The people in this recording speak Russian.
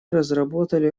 разработали